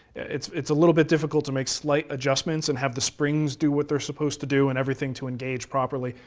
it's it's a little bit difficult to make slight adjustments and have the springs do what they're suppose to do and everything to engage properly.